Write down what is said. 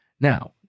Now